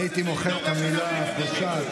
הייתי מוחק את המילה "פושעת".